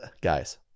guys